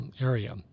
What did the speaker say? area